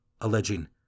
alleging